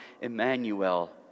Emmanuel